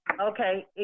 Okay